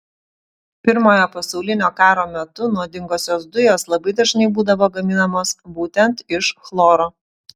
pirmojo pasaulinio karo metu nuodingosios dujos labai dažnai būdavo gaminamos būtent iš chloro